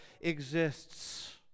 exists